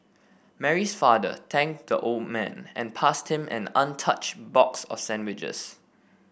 Mary's father thanked the old man and passed him an untouched box of sandwiches